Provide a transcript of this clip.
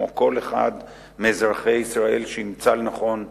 כמו כל אחד מאזרחי ישראל שימצא לנכון להגיע,